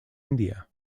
india